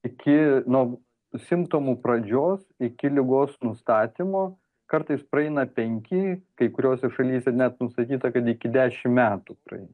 iki nuo simptomų pradžios iki ligos nustatymo kartais praeina penki kai kuriose šalyse net nustatyta kad iki dešim metų praeina